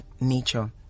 nature